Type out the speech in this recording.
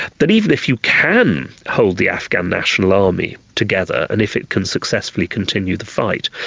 that even if you can hold the afghan national army together and if it can successfully continue the fight,